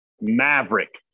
Maverick